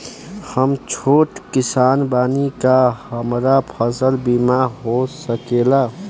हम छोट किसान बानी का हमरा फसल बीमा हो सकेला?